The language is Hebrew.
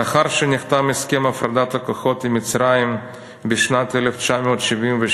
לאחר שנחתם הסכם הפרדת הכוחות עם מצרים בשנת 1976,